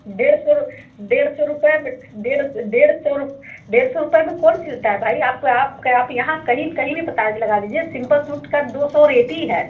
डेढ़ सौ रु डेढ़ सौ रुपए में डेढ़ डेढ़ सौ रुप डेढ़ सौ रुपए में कौन सिलता है भाई आप तो आप आप क आप यहाँ कहीं कहीं भी पता लगा लीजिए सिंपल सूट का दो सौ रेट ही है